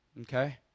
okay